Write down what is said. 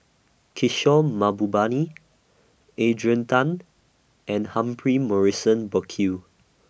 Kishore Mahbubani Adrian Tan and Humphrey Morrison Burkill